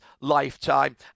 lifetime